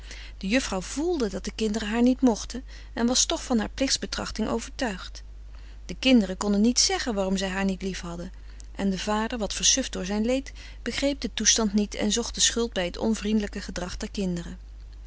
de juffrouw voelde dat de kinderen haar niet mochten en was toch van haar plichtsbetrachting overtuigd de kinderen konden niet zeggen waarom zij haar niet liefhadden en de vader wat versuft door zijn leed begreep den toestand niet en zocht de schuld bij het onvriendelijk gedrag der kinderen